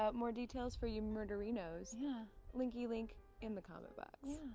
ah more details for you murderenos yeah link-ee-link in the comment box.